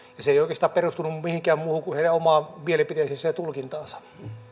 se ei oikeastaan perustunut mihinkään muuhun kuin heidän omaan mielipiteeseensä ja tulkintaansa